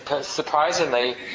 surprisingly